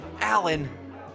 Alan